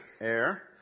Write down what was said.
air